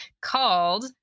called